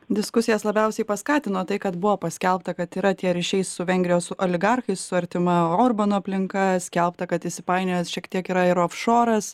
diskusijas labiausiai paskatino tai kad buvo paskelbta kad yra tie ryšiai su vengrijos oligarchais su artima orbano aplinka skelbta kad įsipainiojęs šiek tiek yra ir ofšoras